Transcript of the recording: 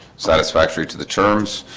satisfactory to the terms